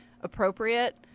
appropriate